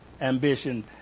ambition